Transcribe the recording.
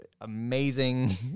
amazing